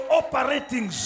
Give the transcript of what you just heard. operating